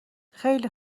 خیلی